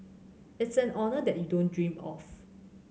it's an honour that you don't dream of